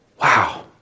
Wow